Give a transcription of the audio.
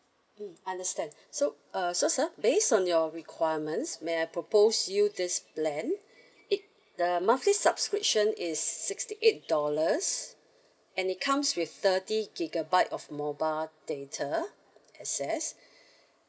mm understand so uh so sir based on your requirements may I propose you this plan it uh monthly subscription is sixty eight dollars and it comes with thirty gigabyte of mobile data access